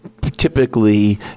typically